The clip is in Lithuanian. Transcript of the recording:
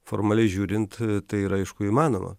formaliai žiūrint tai yra aišku įmanoma